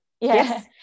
yes